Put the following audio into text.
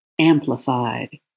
amplified